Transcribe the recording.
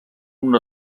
una